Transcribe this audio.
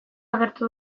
agertu